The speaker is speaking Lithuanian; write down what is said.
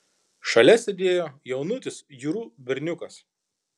šalia sėdėjo jaunutis jurų berniukas